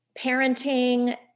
parenting